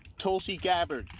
tulsa gabardine